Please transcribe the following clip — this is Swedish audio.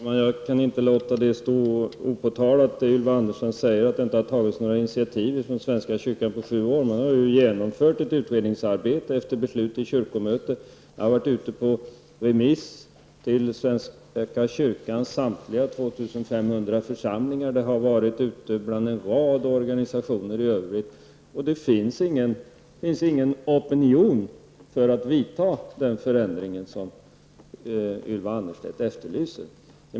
Herr talman! Jag kan inte låta det som Ylva Annerstedt säger stå opåtalat, nämligen att det inte skulle ha tagits några initiativ från svenska kyrkan på sju år. Man har ju genomfört ett utredningsarbete efter beslut av kyrkomötet. Det har varit på remiss till svenska kyrkans samtliga 2 500 församlingar och en rad organisationer i övrigt. Det finns ingen opinion för att vidta den förändring som Ylva Annerstedt efterlyser.